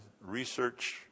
research